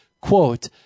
Quote